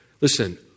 Listen